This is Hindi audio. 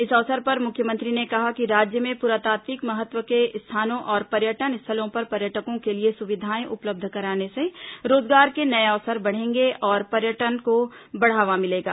इस अवसर पर मुख्यमंत्री ने कहा कि राज्य में पुरातात्विक महत्व के स्थानों और पर्यटन स्थलों पर पर्यटकों के लिए सुविधाएं उपलब्ध कराने से रोजगार के नये अवसर बढ़ेंगे और पर्यटन को बढ़ावा मिलेगा